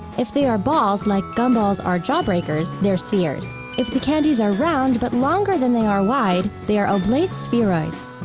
if they are balls, like gumballs or jawbreakers, they're spheres. if the candies are round, but longer than they are wide, they are oblate spheroids.